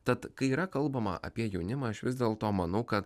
tad kai yra kalbama apie jaunimą aš vis dėlto manau kad